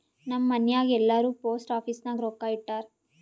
ನಮ್ ಮನ್ಯಾಗ್ ಎಲ್ಲಾರೂ ಪೋಸ್ಟ್ ಆಫೀಸ್ ನಾಗ್ ರೊಕ್ಕಾ ಇಟ್ಟಾರ್